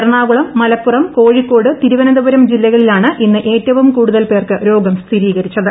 എറണാകുളം മലപ്പുറം കോഴിക്കോട് തിരുവനന്തപുരം ജില്ലകളിലാണ് ഇന്ന് ഏറ്റവും കൂടുതൽ പേർക്ക് രോഗം സ്ഥിരീകരിച്ചത്